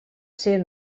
ser